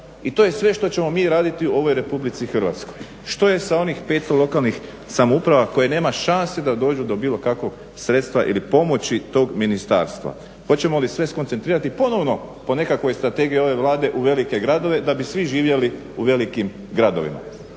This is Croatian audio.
i to je sve što ćemo mi raditi u ovoj Republici Hrvatskoj. Što je sa onih 500 lokalnih samouprava koje nema šanse da dođu do bilo kakvog sredstva ili pomoći tog ministarstva? Hoćemo li sve skoncentrirati ponovno po nekakvoj strategiji ove Vlade u velike gradove da bi svi živjeli u velikim gradovima.